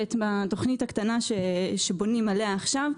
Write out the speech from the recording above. והתוכנית הקטנה שבונים עליה עכשיו,